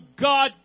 God